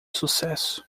sucesso